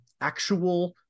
actual